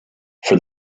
for